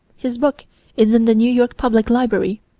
his book is in the new york public library.